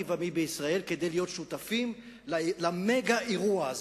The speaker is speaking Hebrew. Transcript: ומי בישראל להיות שותפים למגה-אירוע הזה,